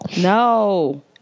no